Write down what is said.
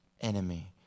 enemy